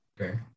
Okay